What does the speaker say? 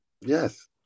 Yes